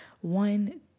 one